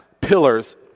pillars